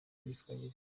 n’igiswahili